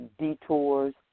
detours